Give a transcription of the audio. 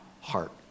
heart